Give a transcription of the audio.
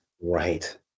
right